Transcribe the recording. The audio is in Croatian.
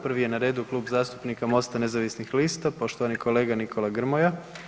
Prvi je na redu Klub zastupnika MOST-a nezavisnih lista, poštovani kolega Nikola Grmoja.